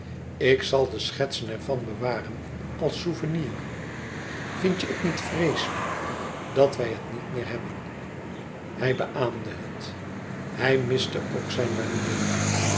ik zal de schetsen ervan bewaren als souvenir vindt je het niet vreeslijk dat wij het niet meer hebben hij beâamde het hij miste ook zijn banieren